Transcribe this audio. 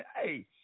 Hey